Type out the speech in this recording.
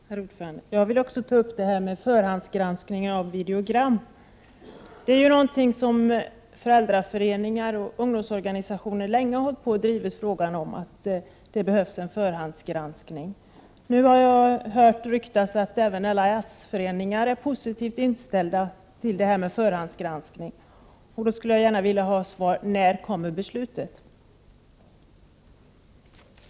Herr talman! Jag vill också ta upp förhandsgranskningen av videogram. Föräldraföreningar och ungdomsorganisationer har länge drivit frågan om en förhandsgranskning. Nu har jag hört ryktas att även s-föreningar är positivt inställda till förhandsgranskning. Därför vill jag ställa en fråga: När kommer ett beslut att fattas?